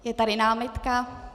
Je tady námitka.